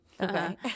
okay